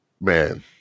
man